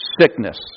sickness